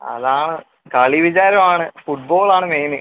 അതാണ് കളി വിചാരം ആണ് ഫുട്ബോൾ ആണ് മെയിൻ